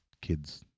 kids